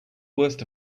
worst